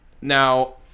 Now